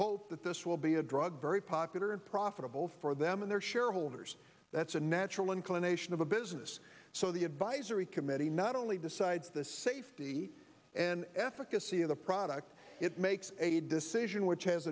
hope that this will be a drug very popular and profitable for them and their shareholders that's a natural inclination of a business so the advisory committee not only decides the safety and efficacy of the product it makes a decision which has